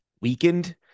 weakened